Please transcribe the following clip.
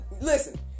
listen